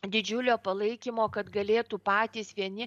didžiulio palaikymo kad galėtų patys vieni